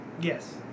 Yes